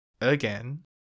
again